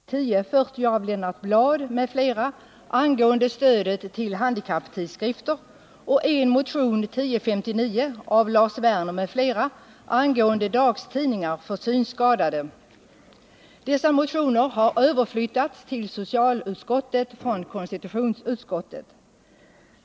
Herr talman! Socialutskottet behandlar i sitt betänkande nr 29 bl.a. motion 1040 av Lennart Bladh m.fl. angående stödet till handikapptidskrifter och motion 1059 av Lars Werner m.fl. angående dagstidningar åt synskadade. Dessa motioner har blivit överflyttade till socialutskottet från konstitutionsutskottet.